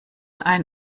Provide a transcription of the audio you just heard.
ein